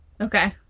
Okay